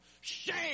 shame